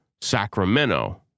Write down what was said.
Sacramento